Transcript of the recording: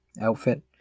outfit